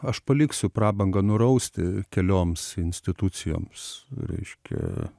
aš paliksiu prabangą nurausti kelioms institucijoms reiškia